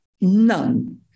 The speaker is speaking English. None